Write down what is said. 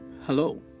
Hello